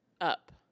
Up